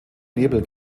nebel